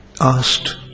asked